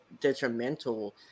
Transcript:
detrimental